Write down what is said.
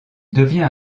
devient